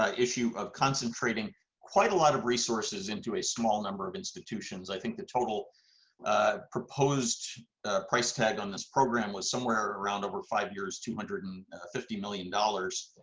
issue of concentrating quite a lot of resources into a small number of institutions. i think the total proposed price tag on this program was somewhere around over five years, two hundred and fifty million dollars.